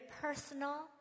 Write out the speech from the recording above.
personal